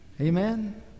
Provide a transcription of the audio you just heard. Amen